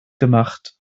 gemacht